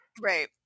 right